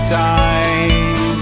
time